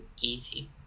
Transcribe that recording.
easy